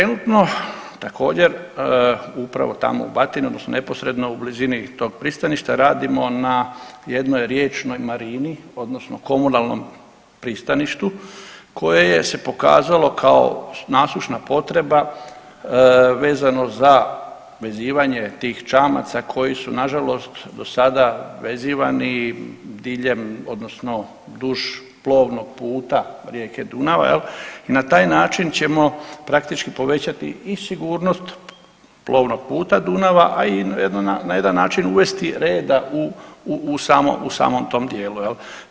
Trenutno također upravo tamo u Batini odnosno neposredno u blizini tog pristaništa radimo na jednoj riječnoj marini odnosno komunalnom pristaništu koje je se pokazalo kao nasušna potreba vezano za vezivanje tih čamaca koji su nažalost do sada vezivani diljem odnosno duž plovnog puta rijeke Dunava jel i na taj način ćemo praktički povećati i sigurnost plovnog puta Dunava, a ujedno na jedan način uvesti reda u, u, u samom, u samom tom dijelu jel.